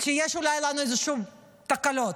שאולי יש לנו איזשהן תקלות?